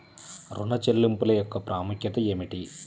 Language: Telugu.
ఋణ చెల్లింపుల యొక్క ప్రాముఖ్యత ఏమిటీ?